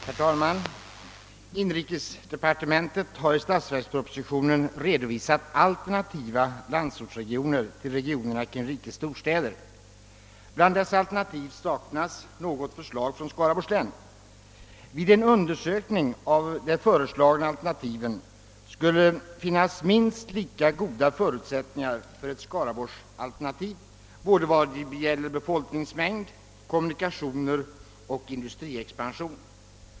Herr talman! Inrikesdepartementet har i statsverkspropositionen redovisat alternativa landsortsregioner till regionerna kring rikets storstäder. Bland dessa alternativ saknas något förslag från Skaraborgs län. Vid en undersökning av de föreslagna alternativen skulle dock minst lika goda förutsättningar finnas för ett Skaraborgsalternativ både vad gäller befolkningsmängd, kommunikationer och industriexpansion.